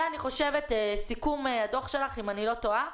אני חושבת שזה סיכום הדוח שלך, אם אני לא טועה.